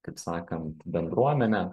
kaip sakant bendruomenę